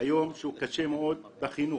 היום שהוא קשה מאוד בחינוך.